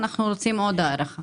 אנחנו רוצים עוד הארכה.